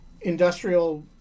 industrial